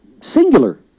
Singular